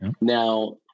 now